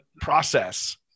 process